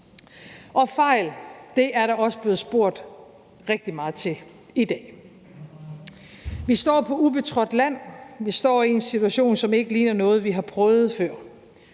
Og fejl er der også blevet spurgt rigtig meget til i dag. Vi står på ubetrådt land. Vi står i en situation, som ikke ligner noget, vi har prøvet før.